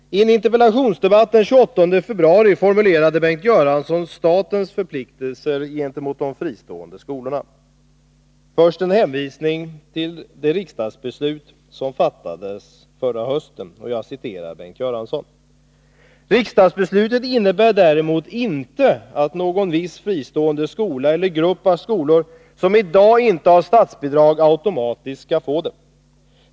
I en interpellationsdebatt den 28 februari formulerade Bengt Göransson statens förpliktelser gentemot de fristående skolorna. Först hänvisade han till det riksdagsbeslut som fattades förra hösten: ”Riksdagsbeslutet innebär däremot inte att någon viss fristående skola eller grupp av skolor som i dag inte har statsbidrag automatiskt skall få det.